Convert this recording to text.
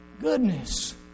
Goodness